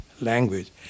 language